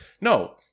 No